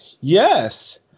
Yes